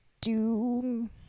doom